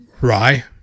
rye